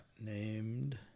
named